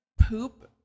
poop